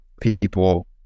people